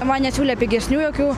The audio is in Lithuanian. man nesiūlė pigesnių jokių